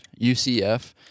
UCF